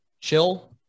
chill